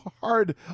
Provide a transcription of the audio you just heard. hard